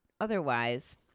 Otherwise